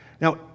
Now